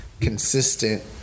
consistent